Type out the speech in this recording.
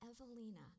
Evelina